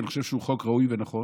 כי אני חושב שהוא חוק ראוי ונכון,